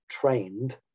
trained